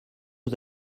aux